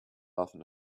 often